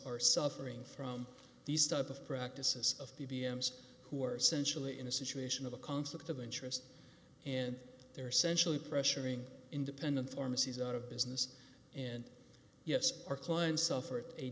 are suffering from these type of practices of p b s who are essential in a situation of a conflict of interest and they're essential pressuring independent pharmacies out of business and yes our clients suffered a